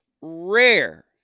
rare